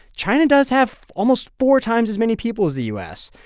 china does have almost four times as many people as the u s.